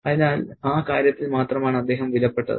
അതിനാൽ ആ കാര്യത്തിൽ മാത്രമാണ് അദ്ദേഹം വിലപ്പെട്ടത്